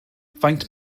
faint